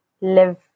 Live